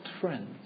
friends